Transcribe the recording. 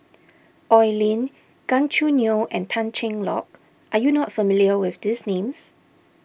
Oi Lin Gan Choo Neo and Tan Cheng Lock are you not familiar with these names